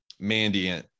Mandiant